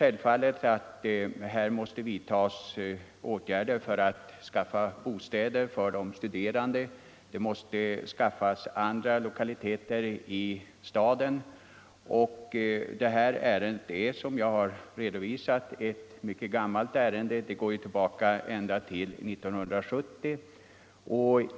Självfallet måste åtgärder vidtas för att skaffa bostäder åt de studerande, och även andra lokaliteter måste ordnas i staden. Som jag tidigare framhållit är detta ärende mycket gammalt. Det går tillbaka till 1970.